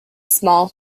small